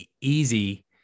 easy